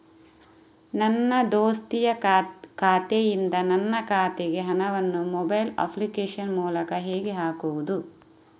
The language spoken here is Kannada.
ನನ್ನ ದೋಸ್ತಿಯ ಖಾತೆಯಿಂದ ನನ್ನ ಖಾತೆಗೆ ಹಣವನ್ನು ಮೊಬೈಲ್ ಅಪ್ಲಿಕೇಶನ್ ಮೂಲಕ ಹೇಗೆ ಹಾಕುವುದು?